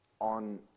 on